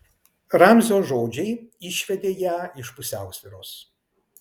ramzio žodžiai išvedė ją iš pusiausvyros